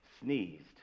sneezed